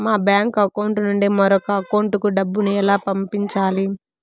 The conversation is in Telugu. మా బ్యాంకు అకౌంట్ నుండి మరొక అకౌంట్ కు డబ్బును ఎలా పంపించాలి